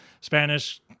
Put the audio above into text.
Spanish